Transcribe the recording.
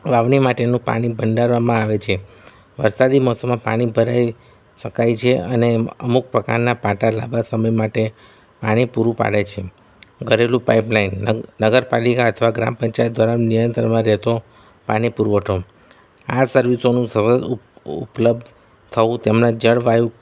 વાવણી માટેનું પાણી ભંડારવામાં આવે છે વરસાદી મોસમમાં પાણી ભરાય શકાય છે અને અમુક પ્રકારના પાટા લાંબા સમય માટે પાણી પૂરું પાડે છે ઘરેલું પાઇપ લાઇન નગર પાલિકા અથવા ગ્રામ પંચાયત દ્વારા નિયંત્રણમાં રહેતો પાણી પુરવઠો આ સર્વિસોનું ઉપલબ્ધ થવું તેમના જળવાયુ